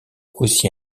aussi